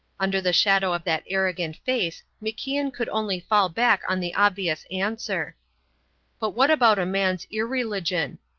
under the shadow of that arrogant face macian could only fall back on the obvious answer but what about a man's irreligion?